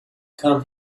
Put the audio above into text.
come